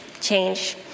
change